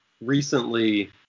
recently